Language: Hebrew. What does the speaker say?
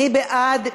מי בעד?